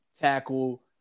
tackle